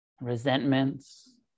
resentments